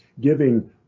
giving